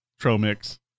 Tromix